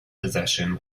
possession